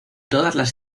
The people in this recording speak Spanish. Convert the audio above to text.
todas